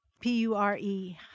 P-U-R-E